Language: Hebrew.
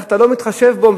אתה לא מתחשב בהם,